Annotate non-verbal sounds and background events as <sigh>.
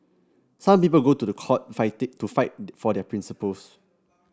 some people go to the court <unintelligible> to fight for their principles